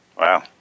Wow